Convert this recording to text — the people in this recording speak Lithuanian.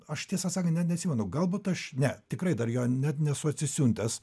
aš tiesą sakant net neatsimenu galbūt aš ne tikrai dar jo net nesu atsisiuntęs